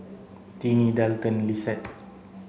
Tinnie Dalton and Lissette